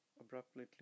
abruptly